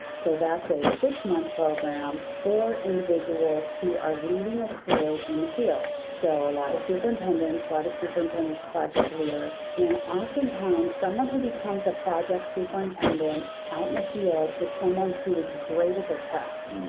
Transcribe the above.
so that's a six month program for individuals who are leading a crew in the field. so a lot of superintendents, a lot of superintendents, project leaders, and oftentimes someone who becomes a project superintendent out in the field is someone who is great at their craft.